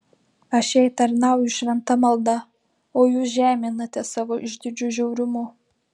aš jai tarnauju šventa malda o jūs žeminate savo išdidžiu žiaurumu